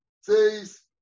says